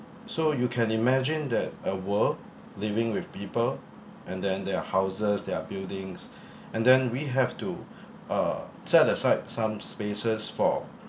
so you can imagine that a world living with people and then their houses their buildings and then we have to uh set aside some spaces for